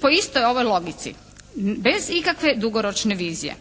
po istoj ovoj logici, bez ikakve dugoročne vizije.